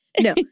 No